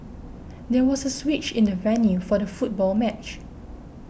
there was a switch in the venue for the football match